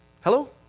Hello